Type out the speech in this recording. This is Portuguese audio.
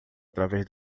através